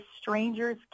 stranger's